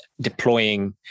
deploying